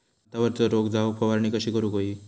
भातावरचो रोग जाऊक फवारणी कशी करूक हवी?